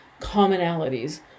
commonalities